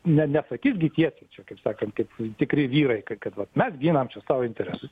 ne nesakys gi tiesiai čia kaip sakant kaip tikri vyrai ka kad va mes ginam savo interesus